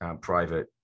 private